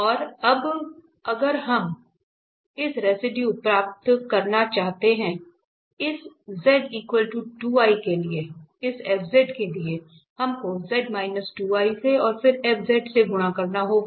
और अब अगर हम रेसिडुए प्राप्त करना चाहते हैं इस z 2 i के लिए इस f के लिए हम को z 2 i से और फिर f से गुणा करना होगा